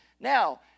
now